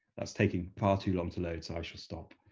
that's taking far too long to load so i should stop.